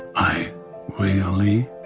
i really